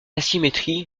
asymétrie